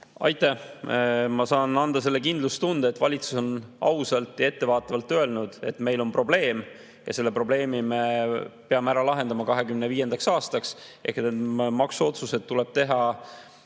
Aitäh! Ma saan anda selle kindlustunde, et valitsus on ausalt ja ettevaatavalt öelnud, et meil on probleem ja selle probleemi me peame ära lahendama 2025. aastaks ehk need maksuotsused tuleb teha